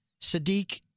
Sadiq